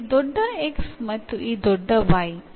ಇಲ್ಲಿ ದೊಡ್ಡ X ಮತ್ತು ಈ ದೊಡ್ಡ Y